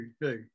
hey